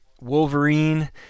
Wolverine